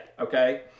Okay